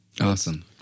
Awesome